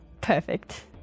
Perfect